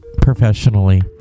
professionally